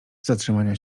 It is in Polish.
zatrzymania